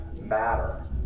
matter